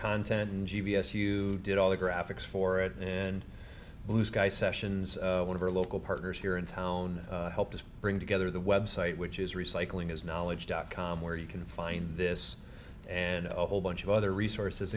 content in g p s you did all the graphics for it and blue sky sessions one of our local partners here in town helped bring together the website which is recycling his knowledge dot com where you can find this and a whole bunch of other resources